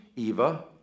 Eva